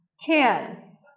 ten